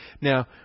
Now